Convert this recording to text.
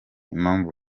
impamvu